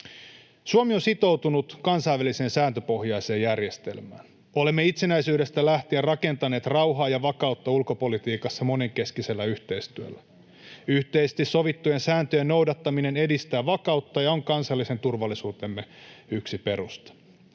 Suomi on sitoutunut kansainväliseen sääntöpohjaiseen järjestelmään. Olemme itsenäisyydestä lähtien rakentaneet rauhaa ja vakautta ulkopolitiikassa monenkeskisellä yhteistyöllä. Yhteisesti sovittujen sääntöjen noudattaminen edistää vakautta ja on kansallisen turvallisuutemme yksi perusta.